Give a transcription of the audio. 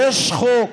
יש חוק.